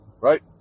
Right